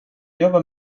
jobbar